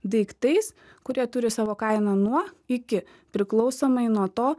daiktais kurie turi savo kainą nuo iki priklausomai nuo to